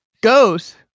goes